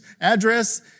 address